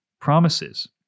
promises